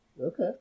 Okay